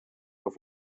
auf